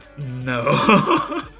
No